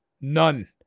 None